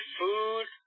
food